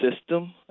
system